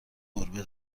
گربه